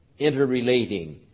interrelating